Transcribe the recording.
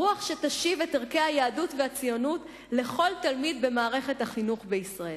רוח שתשיב את ערכי היהדות והציונות לכל תלמיד במערכת החינוך בישראל.